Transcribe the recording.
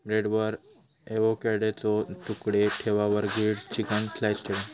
ब्रेडवर एवोकॅडोचे तुकडे ठेवा वर ग्रील्ड चिकन स्लाइस ठेवा